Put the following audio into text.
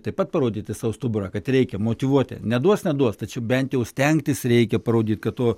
taip pat parodyti savo stuburą kad reikia motyvuoti neduos neduos tačiau bent jau stengtis reikia parodyt kad to